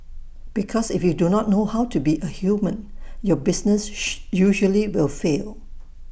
because if you do not know to be A human your business usually will fail